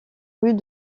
rues